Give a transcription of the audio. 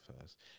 first